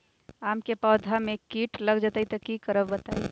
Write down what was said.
आम क पौधा म कीट लग जई त की करब बताई?